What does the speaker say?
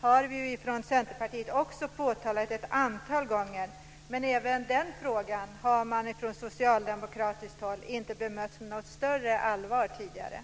har vi från Centerpartiet också påtalat ett antal gånger. Men även den frågan har man från socialdemokratiskt håll inte bemött med något större allvar tidigare.